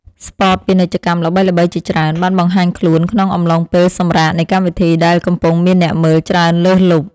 ស្ពតពាណិជ្ជកម្មល្បីៗជាច្រើនបានបង្ហាញខ្លួនក្នុងអំឡុងពេលសម្រាកនៃកម្មវិធីដែលកំពុងមានអ្នកមើលច្រើនលើសលប់។